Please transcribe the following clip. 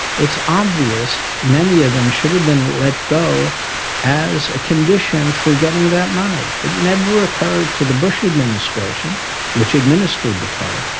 it's obvious many of them should have been let go as a condition for getting that money. it never occurred to the bush administration which administered the tarp,